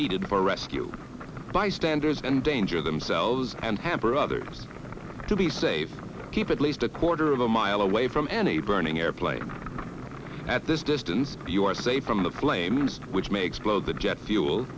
needed for rescue bystanders endanger themselves and hamper others to be safe keep at least a quarter of a mile away from any burning airplane at this distance you are safe from the flames which may explode the jet fuel